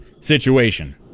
situation